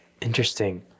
Interesting